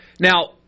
Now